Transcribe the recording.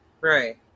Right